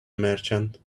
merchant